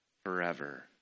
Forever